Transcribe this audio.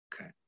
Okay